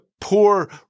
poor